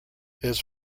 his